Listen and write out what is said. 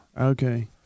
Okay